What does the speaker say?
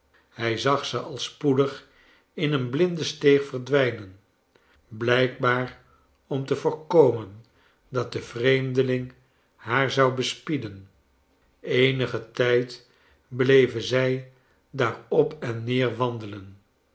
hij zag ze al spoedig in een blinde steeg verdwijnen blijkbaar om te voorkamen dat de vreemdeling haar zou bespieden eenigen tijd bleven zij daar op en neerwandelen